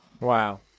Wow